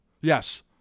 Yes